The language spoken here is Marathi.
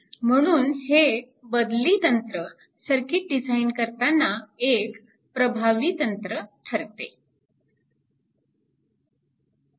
म्हणून हे 'बदली' तंत्र सर्किट डिझाईन करताना एक प्रभावी तंत्र ठरते